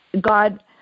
God